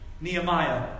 Nehemiah